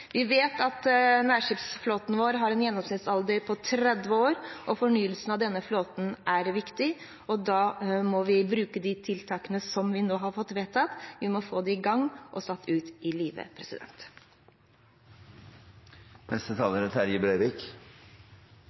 Vi vet at nærskipsfartsflåten vår har en gjennomsnittsalder på 30 år, og fornyelse av denne flåten er viktig. Da må vi bruke de tiltakene som vi nå har vedtatt. Vi må få dem i gang og satt ut i livet. Eg kan starta med å takka interpellanten Farstad for å reisa problemstillinga. Dette er